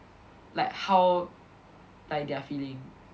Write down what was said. like how like they are feeling